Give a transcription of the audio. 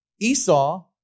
Esau